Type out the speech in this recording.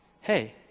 Hey